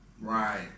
Right